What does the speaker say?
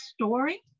story